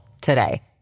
today